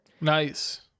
nice